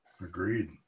Agreed